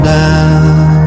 down